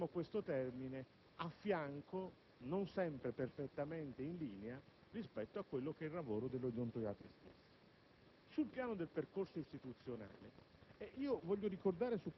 che operano - usiamo questo termine - a fianco, non sempre perfettamente in linea, rispetto al lavoro dell'odontoiatra stesso. Sul piano del percorso istituzionale,